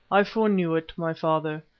i foreknew it, my father,